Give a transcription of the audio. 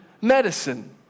medicine